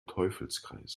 teufelskreis